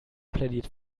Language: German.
plädiert